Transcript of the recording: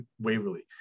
Waverly